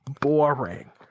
boring